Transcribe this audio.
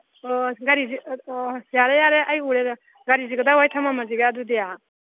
ꯑꯣ ꯒꯥꯔꯤꯁꯤ ꯑꯣ ꯌꯥꯔꯦ ꯌꯥꯔꯦ ꯑꯩ ꯎꯔꯦꯗ ꯒꯥꯔꯤꯁꯤ ꯀꯗꯥꯏꯋꯥꯏ ꯊꯃꯝꯃꯁꯤꯒꯦ ꯑꯗꯨꯗꯤ